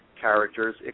characters